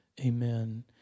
Amen